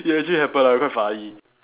it actually happened lah quite funny